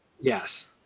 yes